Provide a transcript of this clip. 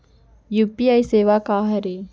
UPI सेवा का हरे?